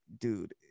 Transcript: dude